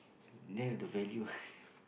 that's the value ah